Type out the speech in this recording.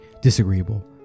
Disagreeable